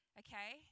okay